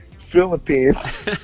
Philippines